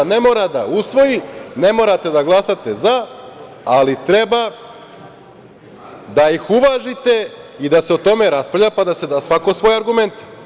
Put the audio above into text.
Ne mora da usvoji, ne morate da glasate „za“, ali treba da ih uvažite i da se o tome raspravlja pa da da svako svoje argumente.